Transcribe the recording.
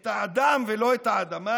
את האדם ולא את האדמה,